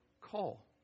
call